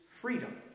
freedom